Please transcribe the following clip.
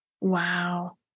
Wow